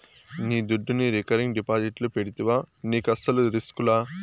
నీ దుడ్డును రికరింగ్ డిపాజిట్లు పెడితివా నీకస్సలు రిస్కులా